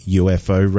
ufo